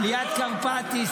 לליאת קרפטי,